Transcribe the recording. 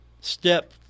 step